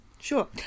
sure